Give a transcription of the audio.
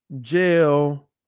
jail